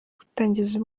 gutangiza